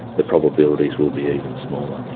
the probabilities will be even smaller.